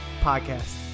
Podcast